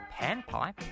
panpipe